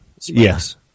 Yes